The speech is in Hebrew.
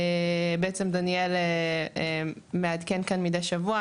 בעצם דניאל מעדכן כאן מדי שבוע,